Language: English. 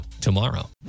tomorrow